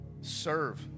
serve